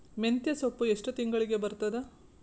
ಮೆಂತ್ಯ ಸೊಪ್ಪು ಎಷ್ಟು ತಿಂಗಳಿಗೆ ಬರುತ್ತದ?